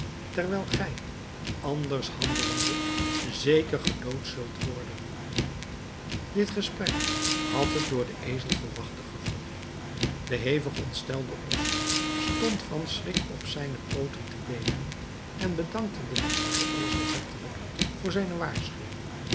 terwijl gij anders handelende zeker gedood zult worden dit gesprek had het door den ezel verwachte gevolg de hevig ontstelde os stond van schrik op zijne pooten te beven en bedankte den listigen ezel hartelijk voor zijne waarschuwing